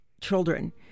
children